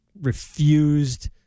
refused